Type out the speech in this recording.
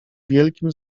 wielkim